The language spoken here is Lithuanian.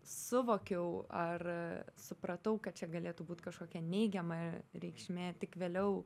suvokiau ar supratau kad čia galėtų būti kažkokia neigiama reikšmė tik vėliau